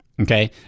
okay